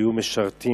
שהיו משרתים.